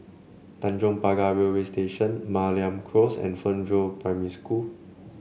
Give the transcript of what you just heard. Tanjong Pagar Railway Station Mariam Close and Fernvale Primary School